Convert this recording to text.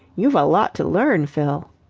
you've a lot to learn. fill.